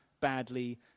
badly